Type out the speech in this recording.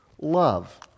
love